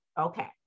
Okay